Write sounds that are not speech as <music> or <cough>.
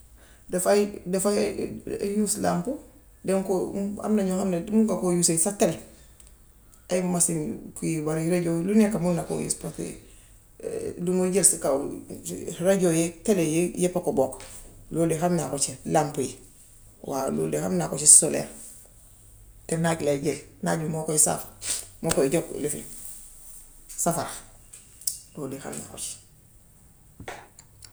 Dafay dafay <hesitation> use làmpu door ko <hesitation> am ñoo xam ne man nga koo user sa télé ay masin kii yu bare radio lu nekk man na koo use paska li mooy jël si kaw radio yeek télé yeek yépp a ko bokk. Lool de ham na ko si. Làmpu yi. Waaw lool de ham naa ko si solaire, te naaj lay jël, naaj wi moo koy sàrse, moo koy jox lëfin safara lool de xam naa ko ci.